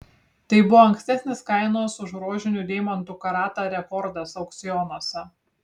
tai buvo ankstesnis kainos už rožinių deimantų karatą rekordas aukcionuose